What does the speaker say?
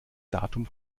datum